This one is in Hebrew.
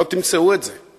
לא תמצאו את זה.